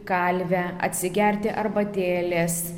kalvę atsigerti arbatėlės